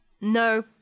No